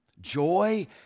Joy